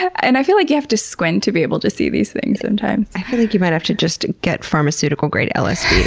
and i feel like you have to squint to be able to see these things sometimes. i feel like you might have to just get pharmaceutical-grade lsd